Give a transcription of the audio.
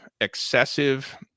excessive